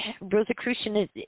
rosicrucianism